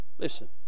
Listen